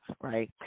right